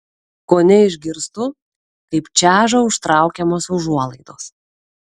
kone išgirstu kaip čeža užtraukiamos užuolaidos